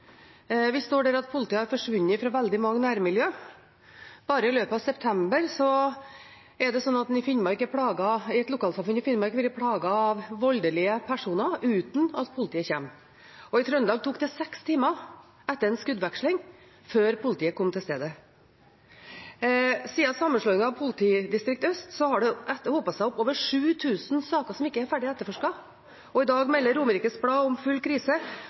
vi står der at svært få nyutdannede politifolk får jobb. Vi står der at politiet har forsvunnet fra veldig mange nærmiljøer. Bare i løpet av september har et lokalsamfunn i Finnmark vært plaget av voldelige personer uten at politiet kommer, og i Trøndelag tok det seks timer etter en skuddveksling før politiet kom til stedet. Siden sammenslåingen av Øst politidistrikt har det hopet seg opp over 7 000 saker som ikke er ferdig etterforsket. I dag melder Romerikes Blad om full krise